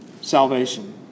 salvation